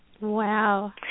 Wow